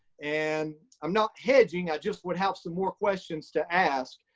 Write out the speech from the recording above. and i'm not hedging. i just would have some more questions to ask.